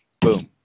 boom